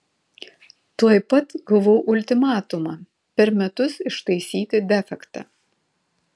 tuoj pat gavau ultimatumą per metus ištaisyti defektą